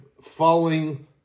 following